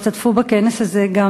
השתתפו בכנס הזה גם